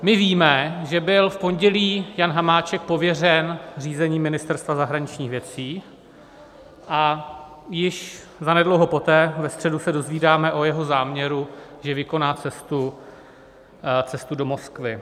My víme, že byl v pondělí Jan Hamáček pověřen řízením Ministerstva zahraničních věcí a již zanedlouho poté, ve středu, se dozvídáme o jeho záměru, že vykoná cestu do Moskvy.